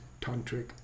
tantric